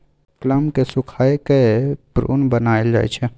plum केँ सुखाए कए प्रुन बनाएल जाइ छै